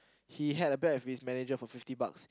he had a bet with his manager for fifty bucks